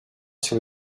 sur